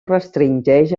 restringeix